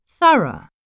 Thorough